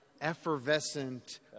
effervescent